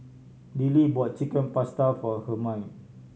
Dillie bought Chicken Pasta for Hermine